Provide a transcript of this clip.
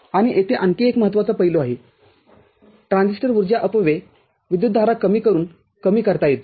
आणि येथे आणखी एक महत्त्वाचा पैलू आहे ट्रान्झिस्टर ऊर्जा अपव्यय विद्युतधारा कमी करून कमी करता येतो